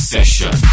Session